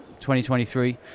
2023